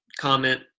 comment